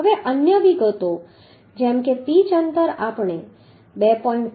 હવે અન્ય વિગતો જેમ કે પીચ અંતર આપણે 2